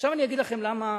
עכשיו אגיד לכם למה,